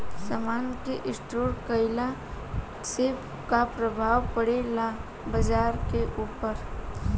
समान के स्टोर काइला से का प्रभाव परे ला बाजार के ऊपर?